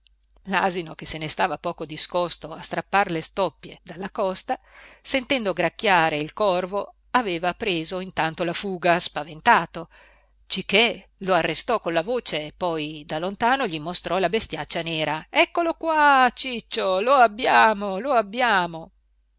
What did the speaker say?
l'asino che se ne stava poco discosto a strappar le stoppie dalla costa sentendo gracchiare il corvo aveva preso intanto la fuga spaventato cichè lo arrestò con la voce poi da lontano gli mostrò la bestiaccia nera eccolo qua ciccio lo abbiamo lo abbiamo